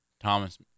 Thomas